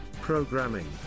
Programming